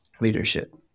leadership